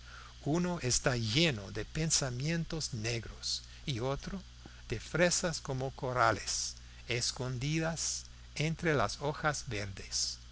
uno está lleno de pensamientos negros y otro de fresas como corales escondidas entre las hojas verdes